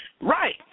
Right